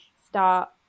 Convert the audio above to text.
start